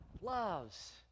loves